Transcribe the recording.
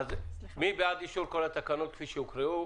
מי בעד אישור כל התקנות כפי שהוקראו,